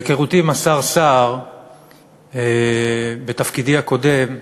מהיכרותי עם השר סער בתפקידי הקודם,